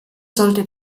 sollte